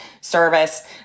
service